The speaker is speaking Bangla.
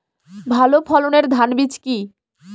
ভালো ফলনের ধান বীজ কি?